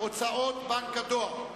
הוצאות בנק הדואר,